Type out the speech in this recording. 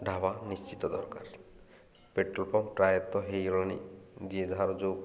ଢ଼ାବା ନିଶ୍ଚିତ ଦରକାର petrol pump ପ୍ରାୟତଃ ହୋଇଗଲାଣି ଯିଏ ଯାହାର ଯୋଉ